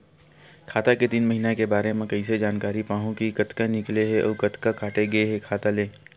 खाता के तीन महिना के बारे मा कइसे जानकारी पाहूं कि कतका निकले हे अउ कतका काटे हे खाता ले?